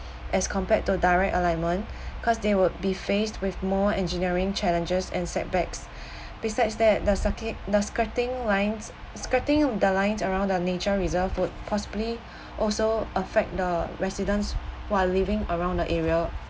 as compared to direct alignment cause they will be faced with more engineering challenges and setbacks besides that the sucki~ the skirting lines skirting of the lines around the nature reserve would possibly also affect the residents while living around the area